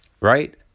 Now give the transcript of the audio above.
Right